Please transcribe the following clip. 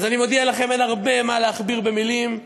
אז אני מודיע לכם, אין מה להכביר מילים.